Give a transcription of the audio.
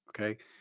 Okay